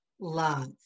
love